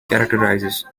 characterizes